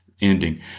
ending